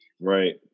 Right